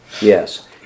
Yes